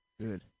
Good